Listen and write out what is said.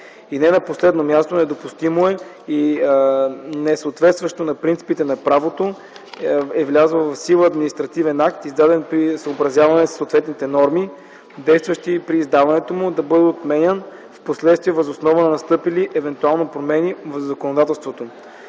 И не на последно място, недопустимо е и несъответстващо на принципите на правото влязъл в сила административен акт, издаден при съобразяване със съответните норми, действащи при издаването му, да бъде отменен впоследствие въз основа на настъпили, евентуално, промени в законодателството,